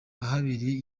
ahabereye